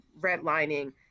redlining